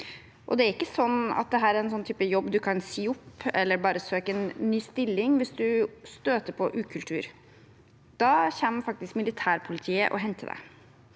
Det er ikke sånn at dette er en type jobb man kan si opp, eller der man bare kan søke en ny stilling hvis man støter på ukultur. Da kommer faktisk militærpolitiet og henter deg.